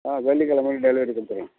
ஆ வெள்ளிக்கெழம அன்னைக்கி டெலிவரி கொடுத்துருங்க